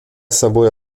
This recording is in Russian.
собой